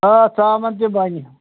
آ ژامَن تہِ بَنہِ